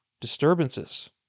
disturbances